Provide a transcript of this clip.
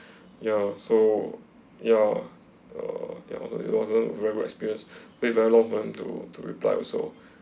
ya so ya uh then also it wasn't a very good experience wait very long time to to reply also